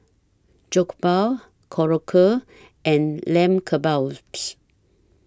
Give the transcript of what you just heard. Jokbal Korokke and Lamb Kebabs